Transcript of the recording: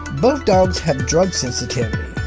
both dogs have drug sensitivity.